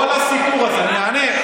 כל הסיפור הזה, אני אענה.